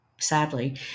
sadly